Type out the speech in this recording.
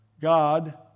God